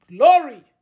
Glory